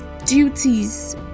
duties